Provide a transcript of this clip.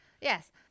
Yes